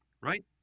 right